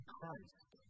Christ